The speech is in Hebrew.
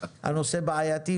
הנושא בעייתי,